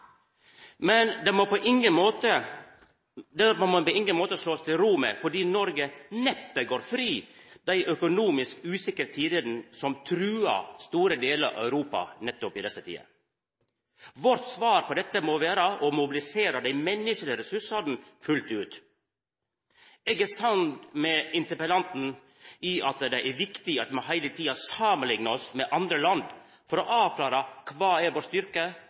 Men det må me på ingen måte slå oss til ro med, for Noreg går neppe fri dei økonomisk usikre tidene som truar store delar av Europa nettopp i desse tider. Vårt svar på dette må vera å mobilisera dei menneskelege ressursane fullt ut. Eg er samd med interpellanten i at det er viktig at me heile tida samanliknar oss med andre land for å avklara kva vår styrke